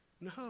No